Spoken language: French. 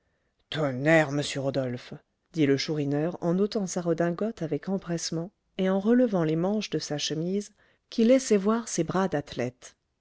tonnerre monsieur rodolphe dit le chourineur en ôtant sa redingote avec empressement et en relevant les manches de sa chemise qui laissaient voir ses bras d'athlète